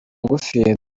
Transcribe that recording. ngufi